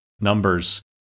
numbers